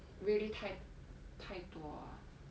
really 太太多